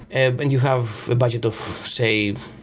and and you have a budget of, say,